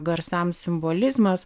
garsams simbolizmas